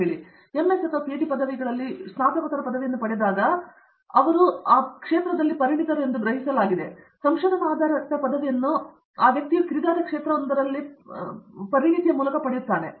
ಆದ್ದರಿಂದ MS ಅಥವಾ PhD ಪದವಿಗಳಲ್ಲಿ ವಿಶೇಷವಾಗಿ ಸ್ನಾತಕೋತ್ತರ ಪದವಿಯನ್ನು ಯಾವಾಗ ಮಾಡಬೇಕೆಂಬುದನ್ನು ಯಾವಾಗಲೂ ಗ್ರಹಿಸಲಾಗಿದೆ ಸಂಶೋಧನಾ ಆಧಾರಿತ ಪದವಿಯನ್ನು ನಾವು ಆ ವ್ಯಕ್ತಿಯು ಕಿರಿದಾದ ಕ್ಷೇತ್ರವೊಂದರಲ್ಲಿ ಪರಿಣತಿಯನ್ನು ಪಡೆಯುತ್ತಿದ್ದಾನೆ